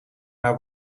naar